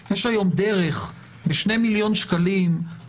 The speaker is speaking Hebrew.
יש היום דרך ב-2 מיליון שקלים,